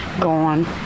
gone